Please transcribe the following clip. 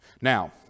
now